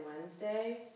Wednesday